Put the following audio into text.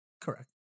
Correct